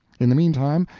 in the mean time,